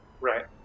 Right